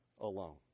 alone